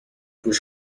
گوش